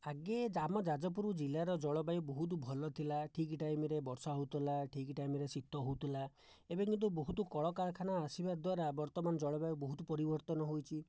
ଆଗେ ଯେ ଆମ ଯାଜପୁର ଜିଲ୍ଲାର ଜଳବାୟୁ ବହୁତ ଭଲ ଥିଲା ଠିକ ଟାଇମରେ ବର୍ଷା ହେଉଥିଲା ଠିକ ଟାଇମରେ ଶୀତ ହେଉଥିଲା ଏବେ କିନ୍ତୁ ବହୁତ କଳକାରଖାନା ଆସିବା ଦ୍ୱାରା ବର୍ତ୍ତମାନ ଜଳବାୟୁ ବହୁତ ପରିବର୍ତ୍ତନ ହୋଇଛି